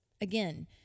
again